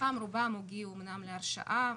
כשמתוכם רובם הגיעו אמנם להרשעה,